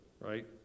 right